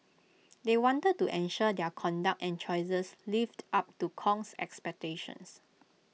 they wanted to ensure their conduct and choices lived up to Kong's expectations